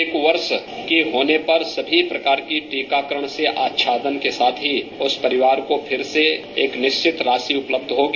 एक वर्ष के होने पर सभी प्रकार के टीकाकरण से अच्छादन के साथ ही उस परिवार को फिर से एक निश्चित राशि उपलब्ध होगी